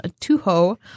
Tuho